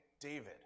David